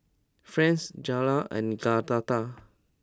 Frances Jayla and Agatha